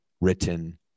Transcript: written